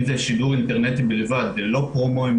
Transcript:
אם זה שידור אינטרנטי בלבד ללא פרומואים,